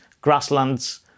grasslands